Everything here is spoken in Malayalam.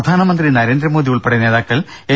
പ്രധാനമന്ത്രി നരേന്ദ്രമോദി ഉൾപ്പെടെ നേതാക്കൾ എൻ